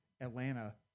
atlanta